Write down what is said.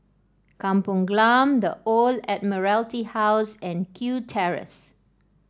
Kampong Glam The Old Admiralty House and Kew Terrace